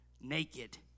Naked